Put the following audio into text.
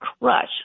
crush